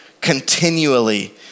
continually